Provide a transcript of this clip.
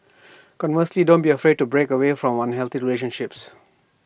conversely don't be afraid to break away from unhealthy relationships